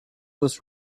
was